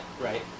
right